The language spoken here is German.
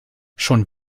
schon